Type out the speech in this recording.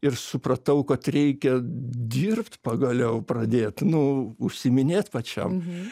ir supratau kad reikia dirbt pagaliau pradėt nu užsiiminėt pačiam